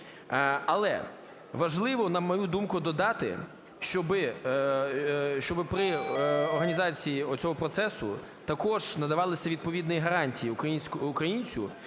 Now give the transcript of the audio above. Але важливо, на мою думку, додати, щоби при організації оцього процесу також надавалися відповідні гарантії українцю,